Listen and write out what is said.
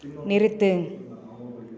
நிறுத்து